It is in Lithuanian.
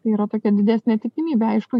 yra tokia didesnė tikimybė aišku